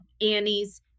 Annie's